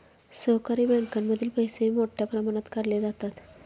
सहकारी बँकांमधील पैसेही मोठ्या प्रमाणात काढले जातात